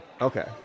okay